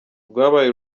rwabaye